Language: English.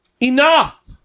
enough